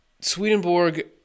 Swedenborg